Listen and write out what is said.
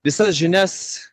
visas žinias